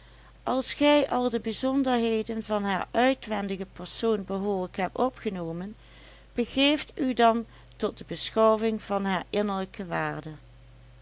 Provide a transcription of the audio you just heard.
als gij al de bijzonderheden van haar uitwendige persoon behoorlijk hebt opgenomen begeef u dan tot de beschouwing van haar innerlijke waarde